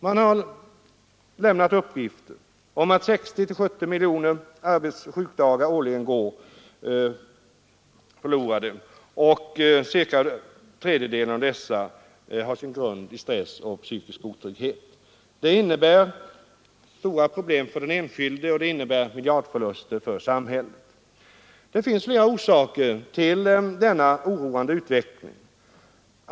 Det har lämnats uppgifter om att 60—70 miljoner arbetsdagar årligen går förlorade och att cirka tredjedelen av dessa har sin grund i stress och psykisk otrygghet. Det innebär stora problem för den enskilde och miljardförluster för samhället. Det finns flera orsaker till denna oroande utveckling.